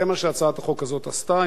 זה מה שהצעת החוק הזאת עשתה,